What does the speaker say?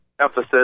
emphasis